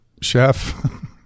Chef